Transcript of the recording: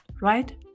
right